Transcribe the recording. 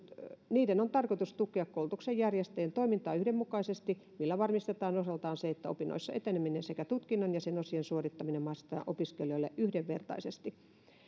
niiden on tarkoitus tukea koulutuksen järjestäjien toimintaa yhdenmukaisesti millä varmistetaan osaltaan se että opinnoissa eteneminen sekä tutkinnon ja sen osien suorittaminen mahdollistetaan opiskelijoille yhdenvertaisesti